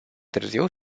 târziu